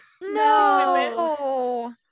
No